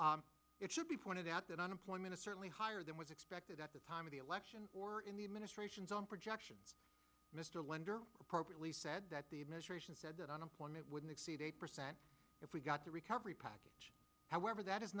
now it should be pointed out that unemployment is certainly higher than was expected at the time of the election or in the administration's own projections mr lender appropriately said that the administration said that unemployment would exceed eight percent if we got the recovery package however that is